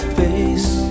face